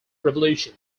revolution